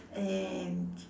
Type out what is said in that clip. and